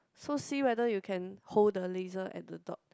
so see whether you can hold the laser at the dot